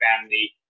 family